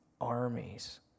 armies